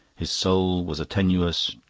his soul was a tenuous,